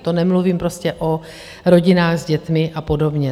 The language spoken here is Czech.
To nemluvím prostě o rodinách s dětmi a podobně.